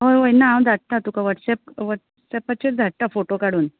हय हय ना हांव धाडटा तुका वॉट्सॅप वॉट्सॅपाचेर धाडटा फोटो काडून